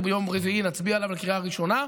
וביום רביעי נצביע עליו בקריאה הראשונה.